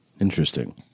Interesting